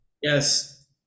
yes